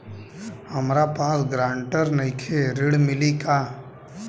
हमरा पास ग्रांटर नईखे ऋण मिली का?